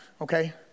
okay